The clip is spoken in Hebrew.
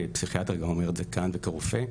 כפסיכיאטר גם אומר את זה כאן וגם כרופא,